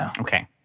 Okay